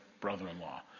brother-in-law